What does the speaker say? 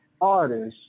artists